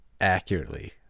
accurately